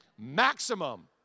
maximum